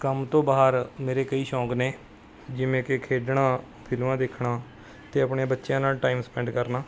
ਕੰਮ ਤੋਂ ਬਾਹਰ ਮੇਰੇ ਕਈ ਸ਼ੌਕ ਨੇ ਜਿਵੇਂ ਕਿ ਖੇਡਣਾ ਫਿਲਮਾਂ ਦੇਖਣਾ ਅਤੇ ਆਪਣੇ ਬੱਚਿਆਂ ਨਾਲ਼ ਟਾਈਮ ਸਪੈਂਡ ਕਰਨਾ